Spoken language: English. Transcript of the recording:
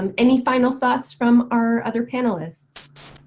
um any final thoughts from our other panelists?